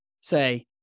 say